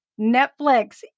Netflix